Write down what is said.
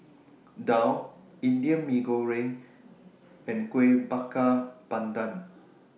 Daal Indian Mee Goreng and Kuih Bakar Pandan